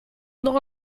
nog